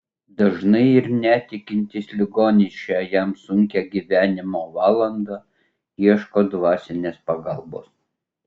dažnai ir netikintis ligonis šią jam sunkią gyvenimo valandą ieško dvasinės pagalbos